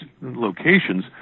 locations